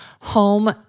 Home